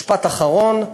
משפט אחרון,